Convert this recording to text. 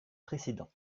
précédent